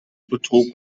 betrug